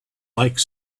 like